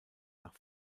nach